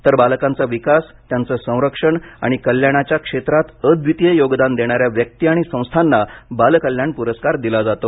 तर बालकांचा विकास त्यांचं संरक्षण आणि कल्याणाच्या क्षेत्रात अद्वितीय योगदान देणाऱ्या व्यक्ति आणि संस्थांना बाल कल्याण पुरस्कार दिला जातो